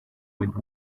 with